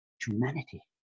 humanity